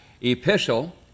epistle